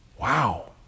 Wow